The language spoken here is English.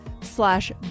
slash